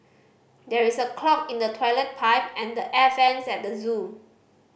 there is a clog in the toilet pipe and the air vents at the zoo